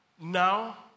now